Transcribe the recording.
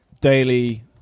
daily